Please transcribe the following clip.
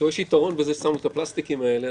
יש יתרון בזה ששמו את הפלסטיקים האלה,